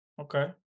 Okay